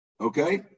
Okay